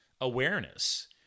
awareness